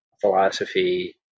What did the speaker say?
philosophy